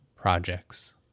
projects